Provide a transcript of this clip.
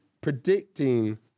predicting